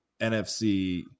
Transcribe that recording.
NFC